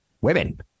Women